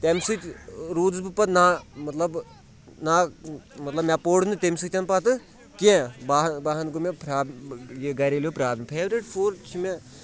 تَمہِ سۭتۍ روٗدُس بہٕ پَتہٕ نہ مطلب نہ مطلب مےٚ پوٚر نہٕ تَمہِ سۭتۍ پَتہٕ کینٛہہ بہن بہان گوٚو مےٚ فرا یہ گریلوٗ پرٛابلِم فیورِٹ فُڈ چھُ مےٚ